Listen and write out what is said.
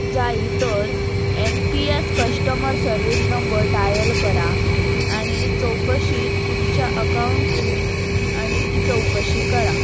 जायी तर N P S customer service number dial करा आनी चवकशी तुमच्या अकाउंटची आनी ती चवकशी करा